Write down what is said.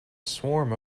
swarm